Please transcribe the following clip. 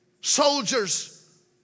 soldiers